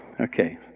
Okay